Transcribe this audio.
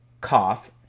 cough